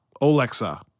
Alexa